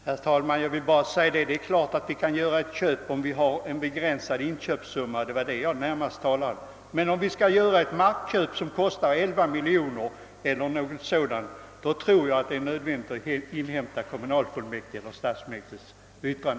Herr talman! Det är klart att vi kan göra ett köp, om inköpssumman är begränsad; det var närmast det jag talade om. Om vi skall göra ett markköp för t.ex. 11 miljoner kronor är det emellertid nödvändigt att inhämta kommunalfullmäktiges eller stadsfullmäktiges bifall.